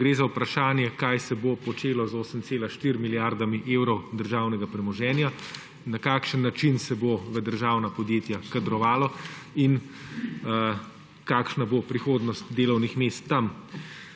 gre za vprašanje, kaj se bo počelo z 8,4 milijardami evrov državnega premoženja, na kakšen način se bo v državna podjetja kadrovalo in kakšna bo prihodnost delovnih mest tam.